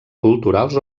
culturals